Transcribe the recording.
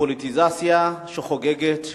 הפוליטיזציה שחוגגת שנים,